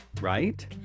Right